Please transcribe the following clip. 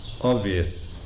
obvious